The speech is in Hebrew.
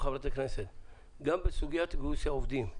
גם בסוגיית גיוס העובדים.